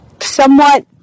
somewhat